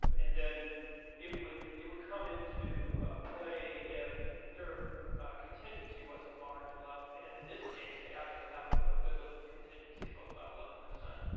um and then it would it would come into ah play if their contingency wasn't large enough. and in this case, they actually have a good like contingency of about eleven.